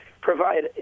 provide